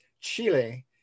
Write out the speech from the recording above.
Chile